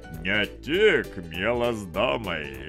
ne tik mielas domai